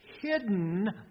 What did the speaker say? hidden